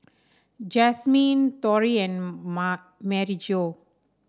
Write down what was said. Jasmyne Torry and Maryjo